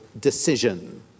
decision